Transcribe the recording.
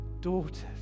daughters